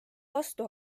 vastu